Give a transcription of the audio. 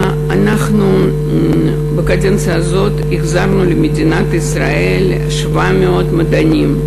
אנחנו בקדנציה הזאת החזרנו למדינת ישראל 700 מדענים,